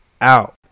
out